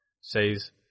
says